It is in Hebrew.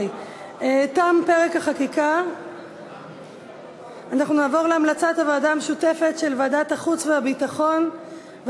ההצעה התקבלה ותעבור לוועדת, אני בעד.